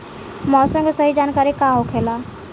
मौसम के सही जानकारी का होखेला?